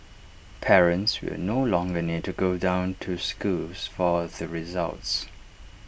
parents will no longer need to go down to schools for the results